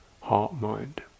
heart-mind